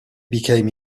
became